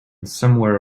somewhere